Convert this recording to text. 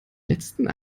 letzten